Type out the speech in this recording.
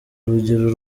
urugero